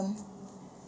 awesome